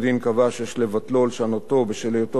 שיש לבטלו או לשנותו בשל היותו מקפח,